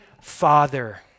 father